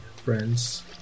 friends